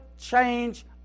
change